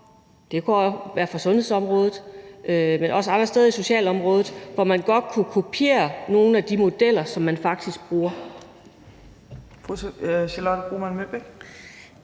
det kunne være fra sundhedsområdet, men også fra andre steder i socialområdet, hvor man godt kunne kopiere nogle af de modeller, som man faktisk bruger. Kl. 21:29